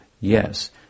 yes